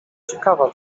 ciekawa